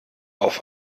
auf